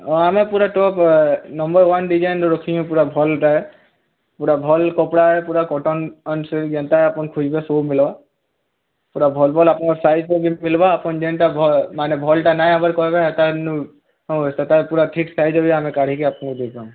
ହଁ ଆମେ ପୁରା ଟପ୍ ନମ୍ବର୍ ୱାନ୍ ଡିଜାଇନର୍ ରଖିଛୁଁ ପୁରା ଭଲ୍ଟା ଆଏ ପୁରା ଭଲ୍ କପ୍ଡ଼ା ପୁରା କଟନ୍ ଅନୁସାରେ ଯେନ୍ତା ଆପଣ ଖୁଜ୍ବେ ସବୁ ମିଲ୍ବା ପୁରା ଭଲ୍ ଭଲ୍ ଆପଣଙ୍କ ସାଇଜ୍ରେ ବି ମିଲ୍ବା ଆପଣ ଯେନ୍ଟା ମାନେ ଭଲ୍ଟା ନାଇଁ ହେବାର୍ କହେବେ ତ ପୁରା ଠିକ୍ ସାଇଜ୍ରେ ବି ଆମେ କାଢ଼ିକି ଆପଣଙ୍କୁ ଦେଇଥାଉ